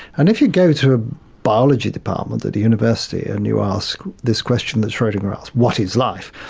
and if you go to a biology department at a university and you ask this question that schrodinger asked what is life?